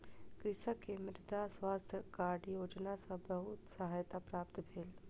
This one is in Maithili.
कृषक के मृदा स्वास्थ्य कार्ड योजना सॅ बहुत सहायता प्राप्त भेल